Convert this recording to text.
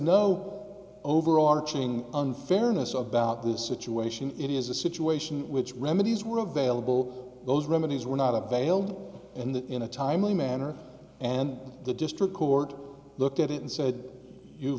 no overarching unfairness of about this actuation it is a situation which remedies were available those remedies were not available and that in a timely manner and the district court looked at it and